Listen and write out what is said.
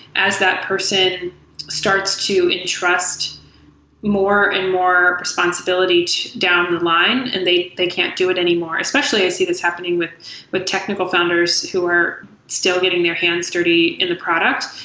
as that person starts to entrust more and more responsibility downthe line and they they can't do it anymore, especially as it is happening with with technical founders who are still getting their hands dirty in the product.